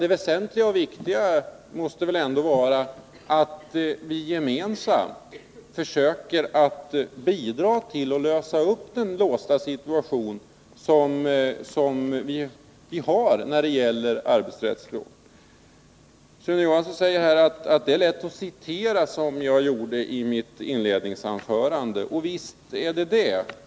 Det väsentliga måste väl ändå vara att vi gemensamt försöker bidra till att lösa upp den låsta situationen i arbetsrättsfrågorna. Sune Johansson säger att det är lätt att citera, som jag gjorde i mitt inledningsanförande, och visst är det lätt.